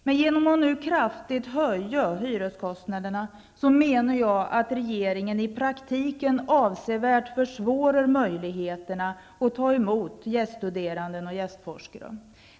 Men genom att nu kraftigt höja hyreskostnaderna har regeringen i praktiken avsevärt försvårat möjligheterna att ta emot gäststuderande och gästforskare.